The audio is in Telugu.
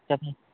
సరే